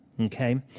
okay